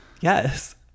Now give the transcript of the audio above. yes